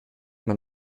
man